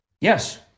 Yes